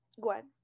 Gwen